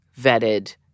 vetted